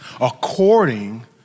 according